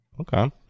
Okay